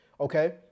okay